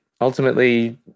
Ultimately